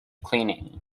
cleaning